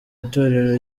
itorero